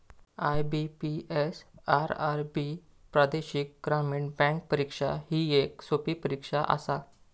IBPS, RRB प्रादेशिक ग्रामीण bank परीक्षा ही येक सोपी परीक्षा आसा